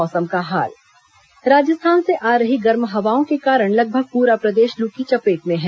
मौसम राजस्थान से आ रही गर्म हवाओं के कारण लगभग पूरा प्रदेश लू की चपेट में है